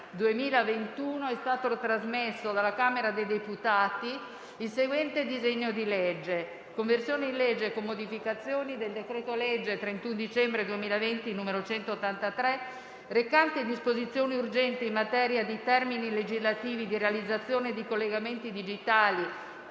2021 è stato trasmesso dalla Camera dei deputati il seguente disegno di legge: «Conversione in legge, con modificazioni, del decreto-legge 31 dicembre 2020, n. 183, recante disposizioni urgenti in materia di termini legislativi, di realizzazione di collegamenti digitali,